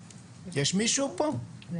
כאן?